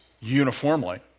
uniformly